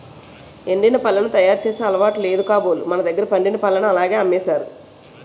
ఎండిన పళ్లను తయారు చేసే అలవాటు లేదు కాబోలు మనదగ్గర పండిన పల్లని అలాగే అమ్మేసారు